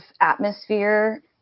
atmosphere